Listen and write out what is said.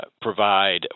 provide